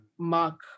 mark